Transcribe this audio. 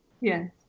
Yes